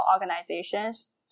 organizations